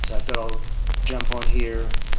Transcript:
so i thought i'll jump on here,